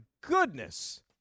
goodness